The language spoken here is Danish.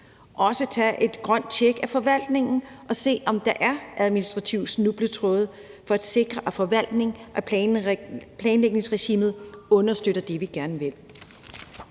også tage et grønt tjek af forvaltningen og se, om der er administrative snubletråde, for at sikre, at forvaltningen og planlægningsregimet understøtter det, vi gerne vil.